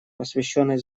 посвященной